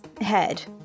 head